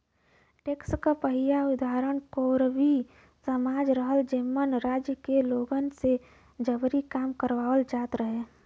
tax क पहिला उदाहरण कोरवी समाज रहल जेमन राज्य के लोगन से जबरी काम करावल जात रहल